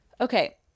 Okay